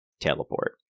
teleport